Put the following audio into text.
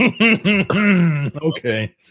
okay